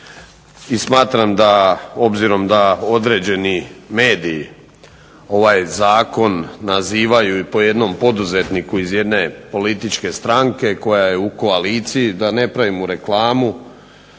I smatram da, obzirom da određeni mediji ovaj zakon nazivaju i po jednom poduzetniku iz jedne političke stranke koja je u koaliciji, da ne pravim mu reklamu,